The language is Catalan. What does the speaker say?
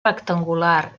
rectangular